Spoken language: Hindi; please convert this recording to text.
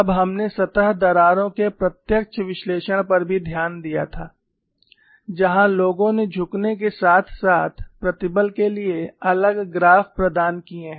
तब हमने सतह दरारों के प्रत्यक्ष विश्लेषण पर भी ध्यान दिया था जहां लोगों ने झुकने के साथ साथ प्रतिबल के लिए अलग ग्राफ प्रदान किए हैं